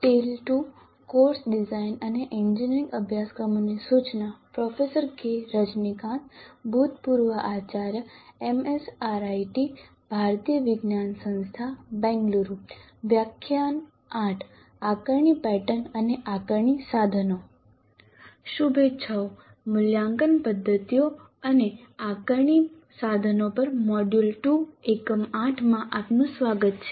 શુભેચ્છાઓ મૂલ્યાંકન પદ્ધતિઓ અને આકારણી સાધનો પર મોડ્યુલ 2 એકમ 8 માં આપનું સ્વાગત છે